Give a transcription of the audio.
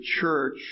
church